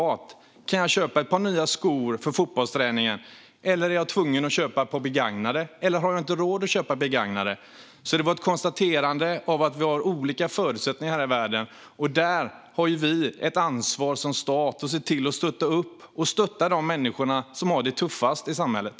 Valet kan gälla om man kan köpa ett par nya skor för fotbollsträningen, om man är tvungen att köpa ett par begagnade eller om man inte har råd att köpa ett par begagnade heller. Det var ett konstaterande av att vi har olika förutsättningar här i världen. Där har vi som stat ett ansvar att se till att stötta de människor som har det tuffast i samhället.